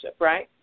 right